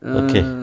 okay